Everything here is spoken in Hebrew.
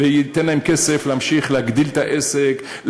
זה ייתן להם כסף להמשיך להגדיל את העסק,